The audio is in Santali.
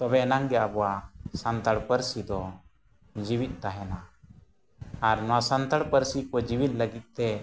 ᱛᱚᱵᱮᱭ ᱟᱱᱟᱜᱜᱮ ᱟᱵᱚᱣᱟᱜ ᱥᱟᱱᱛᱟᱲ ᱯᱟᱹᱨᱥᱤ ᱫᱚ ᱡᱤᱣᱮᱫ ᱛᱟᱦᱮᱱᱟ ᱟᱨ ᱱᱚᱣᱟ ᱥᱟᱱᱛᱟᱲ ᱯᱟᱹᱨᱥᱤ ᱠᱚ ᱡᱮᱣᱮᱫ ᱞᱟᱹᱜᱤᱫᱛᱮ